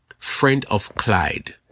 friendofclyde